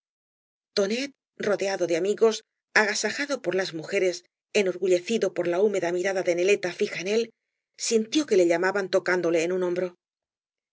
tonet rodeado de amigos agasajado por las mujeres enorgullecido por la húmeda mirada de üíeleta fija en él sintió que le llamaban tocando le en un hombro